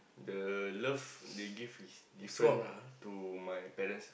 the love they give is different to my parents